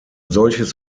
solches